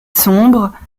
sombre